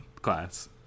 class